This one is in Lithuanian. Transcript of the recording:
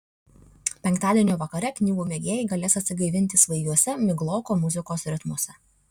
penktadienio vakare knygų mėgėjai galės atsigaivinti svaigiuose migloko muzikos ritmuose